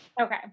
okay